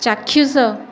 ଚାକ୍ଷୁଷ